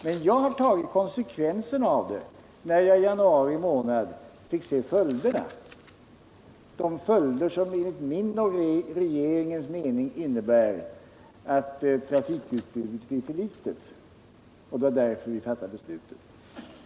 Men jag tog konsekvensen av detta när jag i januari månad fick se följderna — de följder som enligt min och regeringens mening innebär att trafikutbudet blir för litet — och det var därför vi fattade beslutet.